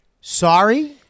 sorry